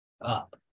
up